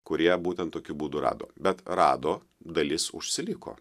kurie būtent tokiu būdu rado bet rado dalis užsiliko